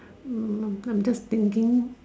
mm I'm just thinking